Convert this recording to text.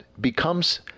becomes